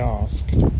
asked